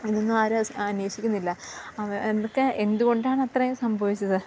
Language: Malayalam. ഇതൊന്നും ആരും അന്വേഷിക്കുന്നില്ല അവ എന്തൊക്കെ എന്തുകൊണ്ടാണത്രയും സംഭവിച്ചത്